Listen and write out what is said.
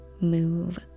move